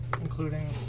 including